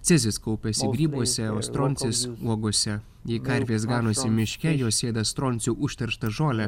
cezis kaupiasi grybuose o stroncis uogose jei karvės ganosi miške jos ėda stronciu užterštą žolę